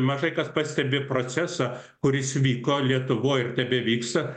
mažai kas pastebi procesą kuris vyko lietuvoj ir tebevyksta